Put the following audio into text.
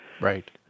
Right